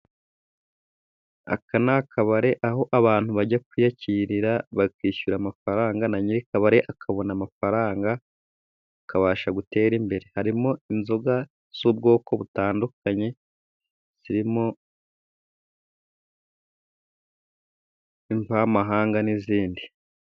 Aka ni akabare, aho abantu bajya kwiyakirira, bakishyura amafaranga, na nyir'akabare akabona amafaranga, akabasha gutera imbere. Harimo inzoga z'ubwoko butandukanye, zirimo imvamahanga n'izindi.